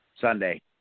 Sunday